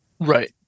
right